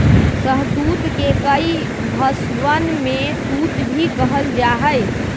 शहतूत के कई भषवन में तूत भी कहल जाहई